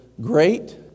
great